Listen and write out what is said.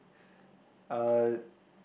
uh